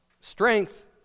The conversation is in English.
strength